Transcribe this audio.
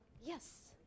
Yes